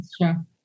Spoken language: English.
Sure